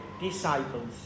disciples